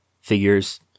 figures